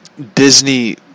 Disney